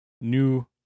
new